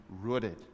rooted